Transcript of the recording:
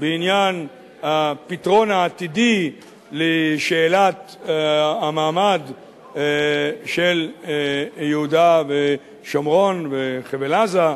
בעניין הפתרון העתידי לשאלת המעמד של יהודה ושומרון וחבל-עזה,